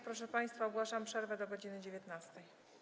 Proszę państwa, ogłaszam przerwę do godz. 19.